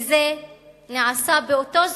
וזה נעשה באותו זמן,